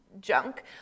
junk